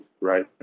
right